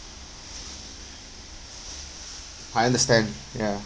I understand ya